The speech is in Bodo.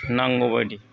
नांगौ बायदि